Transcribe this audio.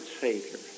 Savior